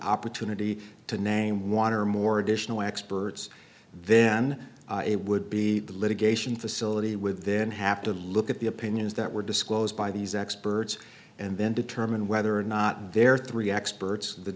opportunity to name water more additional experts then it would be the litigation facility with then have to look at the opinions that were disclosed by these experts and then determine whether or not there are three experts